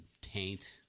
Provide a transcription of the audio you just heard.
taint